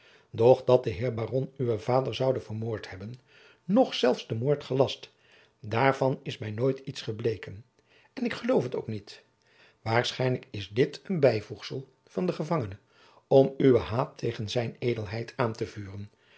dat de heer baron uwen vader zoude vermoord hebben noch zelfs den moord gelast daarvan is mij nooit iets gebleken en ik geloof het ook niet waarschijnlijk is dit een bijvoegsel van den gevangenen om uwen haat tegen zijn edelheid aan te vuren